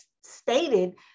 stated